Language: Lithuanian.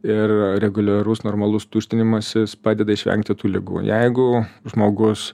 ir reguliarus normalus tuštinimasis padeda išvengti tų ligų jeigu žmogus